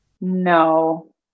No